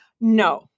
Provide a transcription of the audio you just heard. No